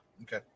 okay